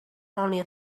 only